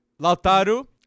Lautaro